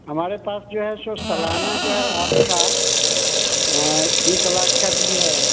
हमारे पास जो है सो सलाना जो है आपका एक लाख का भी है